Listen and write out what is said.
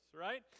right